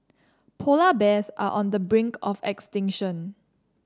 polar bears are on the brink of extinction